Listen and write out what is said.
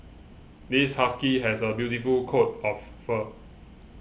this husky has a beautiful coat of fur